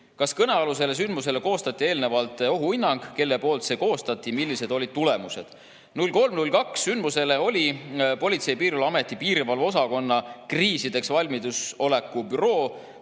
"Kas kõnealusele sündmusele koostati eelnevalt ohuhinnang? Kelle poolt see koostati? Millised olid tulemused?" 3. veebruari sündmusele oli Politsei‑ ja Piirivalveameti piirivalveosakonna kriisideks valmisoleku büroo